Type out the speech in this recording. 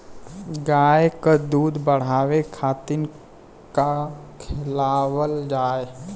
गाय क दूध बढ़ावे खातिन का खेलावल जाय?